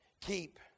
Keep